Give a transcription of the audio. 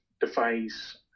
defies